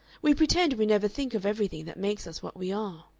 we pretend we never think of everything that makes us what we are.